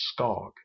Skog